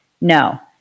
No